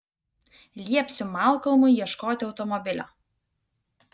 liepsiu malkolmui ieškoti automobilio